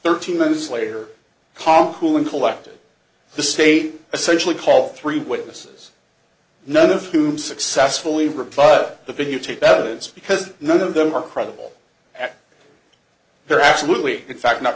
thirteen those later calm cool and collected the state essentially call three witnesses none of whom successfully refer the videotape evidence because none of them are credible that they're absolutely in fact not